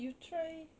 you try